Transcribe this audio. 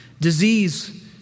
disease